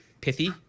pithy